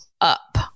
up